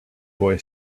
boy